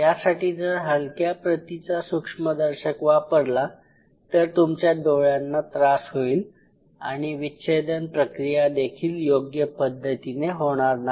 यासाठी जर हलक्या प्रतीचा सूक्ष्मदर्शक वापरला तर तुमच्या डोळ्यांना त्रास होईल आणि विच्छेदन प्रक्रियादेखील योग्य पद्धतीने होणार नाही